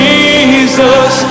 Jesus